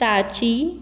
ताची